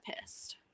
pissed